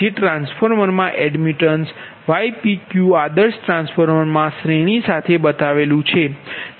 જે ટ્રાન્સફોર્મરમા admittance ypq આદર્શ ટ્રાન્સફોર્મરમા શ્રેણી સાથે બતાવેલુ છે